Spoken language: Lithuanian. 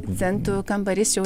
centų kambarys jau